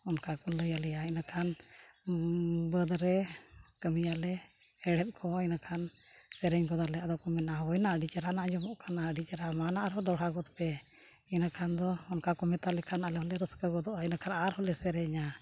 ᱚᱱᱠᱟ ᱠᱚ ᱞᱟᱹᱭ ᱟᱞᱮᱭᱟ ᱤᱱᱟᱹ ᱠᱷᱟᱱ ᱵᱟᱹᱫᱽᱨᱮ ᱠᱟᱹᱢᱤᱭᱟᱞᱮ ᱮᱲᱦᱮᱫ ᱠᱚᱦᱚᱸ ᱤᱱᱟᱹ ᱠᱷᱟᱱ ᱥᱮᱨᱮᱧ ᱜᱚᱫᱟᱞᱮ ᱟᱫᱚ ᱠᱚ ᱢᱮᱱᱟ ᱦᱳᱭᱱᱟ ᱟᱹᱰᱤ ᱪᱟᱨᱦᱟᱱᱟ ᱟᱸᱡᱚᱢᱚᱜ ᱠᱟᱱᱟ ᱟᱹᱰᱤ ᱪᱟᱨᱦᱟ ᱢᱟ ᱱᱟ ᱟᱨᱦᱚᱸ ᱫᱚᱲᱦᱟ ᱜᱚᱫᱯᱮ ᱤᱱᱟᱹ ᱠᱷᱟᱱ ᱫᱚ ᱚᱱᱠᱟ ᱠᱚ ᱢᱮᱛᱟ ᱞᱮᱠᱷᱟᱱ ᱟᱞᱮ ᱦᱚᱸᱞᱮ ᱨᱟᱹᱥᱠᱟᱹ ᱜᱚᱫᱚᱜᱼᱟ ᱤᱱᱟᱹ ᱠᱷᱟᱱ ᱟᱨᱦᱚᱸᱞᱮ ᱥᱮᱨᱮᱧᱟ